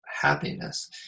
happiness